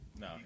No